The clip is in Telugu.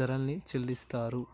ధరల్ని చెల్లిత్తారు